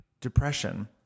depression